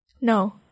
No